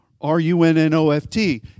R-U-N-N-O-F-T